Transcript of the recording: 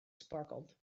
sparkled